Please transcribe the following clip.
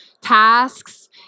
tasks